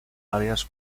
áreas